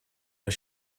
but